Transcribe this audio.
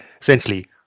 essentially